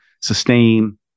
sustain